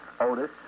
Otis